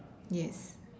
yes